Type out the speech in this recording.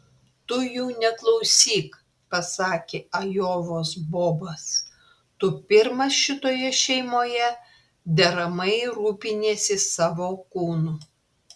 tu jų neklausyk pasakė ajovos bobas tu pirmas šitoje šeimoje deramai rūpiniesi savo kūnu